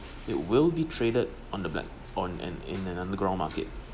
it will be traded on the back on and in an underground market